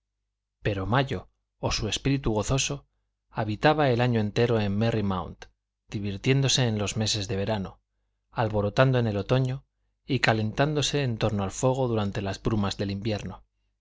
pero mayo o su espíritu gozoso habitaba el año entero en merry mount divirtiéndose en los meses de verano alborotando en el otoño y calentándose en torno del fuego durante las brumas del invierno